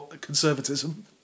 conservatism